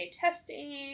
testing